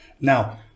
now